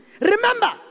Remember